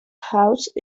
house